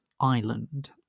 island